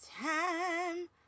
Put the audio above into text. time